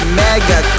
mega